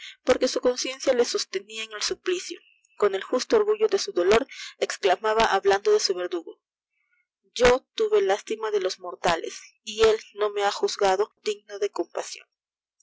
porque su conciencia le sostenia en su suplicio con el justo orgullo de su dolor l'xclama hablando de su verdugo yc tuve hstimo de los mortales y él no me ha juzgado digno de compasion